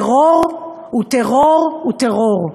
טרור הוא טרור הוא טרור,